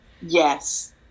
Yes